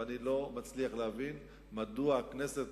ואני לא מצליח להבין מדוע הכנסת